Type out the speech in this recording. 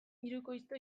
hirukoiztu